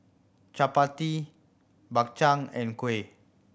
chappati Bak Chang and kuih